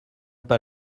pas